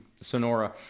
Sonora